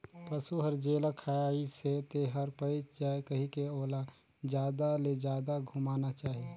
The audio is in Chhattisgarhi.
पसु हर जेला खाइसे तेहर पयच जाये कहिके ओला जादा ले जादा घुमाना चाही